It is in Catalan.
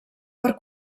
per